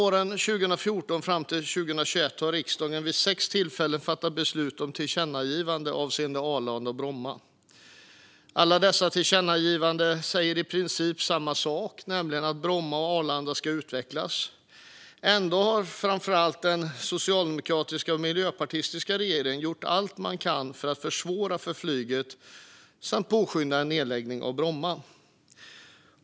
Från 2014 och fram till 2021 har riksdagen vid sex tillfällen fattat beslut om tillkännagivanden avseende Arlanda och Bromma. Alla dessa tillkännagivanden säger i princip samma sak, nämligen att Bromma och Arlanda ska utvecklas. Ändå har framför allt den socialdemokratiska och miljöpartistiska regeringen gjort allt man kunnat för att försvåra för flyget samt påskynda en nedläggning av Bromma.